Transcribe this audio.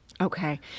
Okay